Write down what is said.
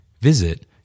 Visit